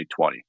2020